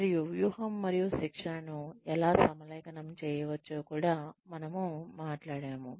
మరియు వ్యూహం మరియు శిక్షణను ఎలా సమలేఖనం చేయవచ్చో కూడా మనము మాట్లాడాము